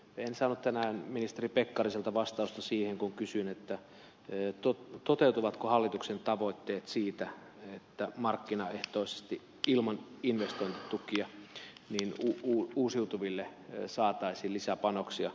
en saanut tänään ministeri pekkariselta vastausta siihen kun kysyin toteutuvatko hallituksen tavoitteet siitä että markkinaehtoisesti ilman investointitukia uusiutuville saataisiin lisäpanostuksia